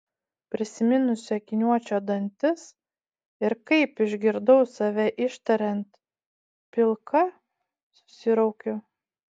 prisiminusi akiniuočio dantis ir kaip išgirdau save ištariant pilka susiraukiu